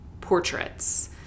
portraits